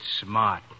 smart